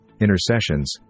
intercessions